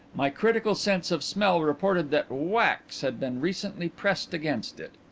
my critical sense of smell reported that wax had been recently pressed against it.